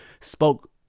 spoke